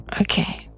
Okay